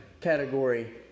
category